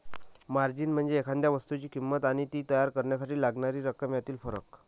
margin म्हणजे एखाद्या वस्तूची किंमत आणि ती तयार करण्यासाठी लागणारी रक्कम यातील फरक